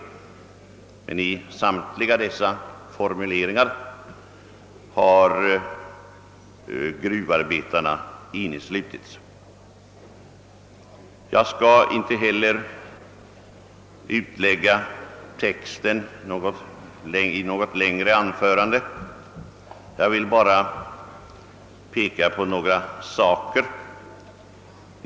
I samtliga fall har gruvarbetarna inkluderats. Jag skall inte utlägga texten i något längre anförande. Jag vill bara peka på några saker.